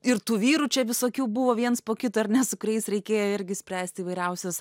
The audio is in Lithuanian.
ir tų vyrų čia visokių buvo viens po kito ar ne su kuriais reikėjo irgi spręsti įvairiausius